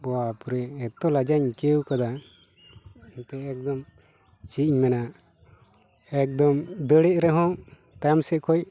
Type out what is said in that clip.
ᱵᱟᱯᱼᱨᱮ ᱮᱛᱚ ᱞᱟᱡᱟᱣᱤᱧ ᱟᱹᱭᱠᱟᱹᱣ ᱠᱟᱫᱟ ᱱᱤᱛᱚᱜ ᱮᱠᱫᱚᱢ ᱪᱮᱫ ᱤᱧ ᱢᱮᱱᱟ ᱮᱠᱫᱚᱢ ᱫᱟᱹᱲᱮᱫ ᱨᱮᱦᱚᱸ ᱛᱟᱭᱚᱢ ᱥᱮᱫ ᱠᱷᱚᱡ